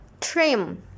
trim